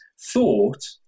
thought